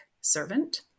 servant